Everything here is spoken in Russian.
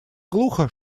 глухо